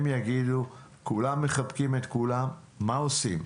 הם יגידו, כולם מחבקים את כולם, מה עושים?